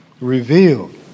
revealed